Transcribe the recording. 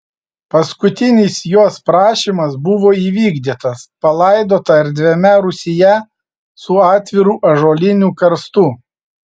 paskutinis jos prašymas buvo įvykdytas palaidota erdviame rūsyje su atviru ąžuoliniu karstu